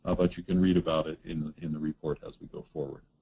ah but you can read about it in in the report as we go forward.